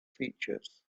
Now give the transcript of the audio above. features